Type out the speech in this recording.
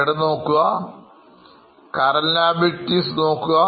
current liabilities നോക്കുക